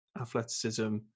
athleticism